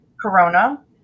corona